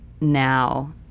now